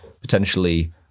potentially